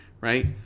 right